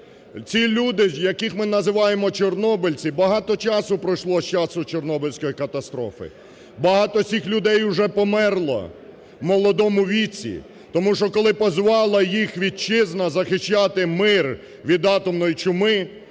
Ці люди, яких ми називаємо чорнобильці, багато часу пройшло з часу Чорнобильської катастрофи, багато цих людей уже померло в молодому віці. Тому що, коли позвала їх Вітчизна захищати мир від атомної чуми,